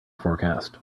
forecast